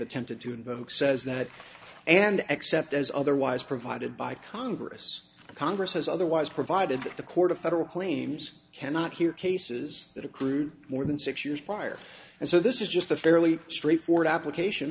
attempted to invoke says that and accept as otherwise provided by congress congress has otherwise provided that the court of federal claims cannot hear cases that accrued more than six years prior and so this is just a fairly straightforward application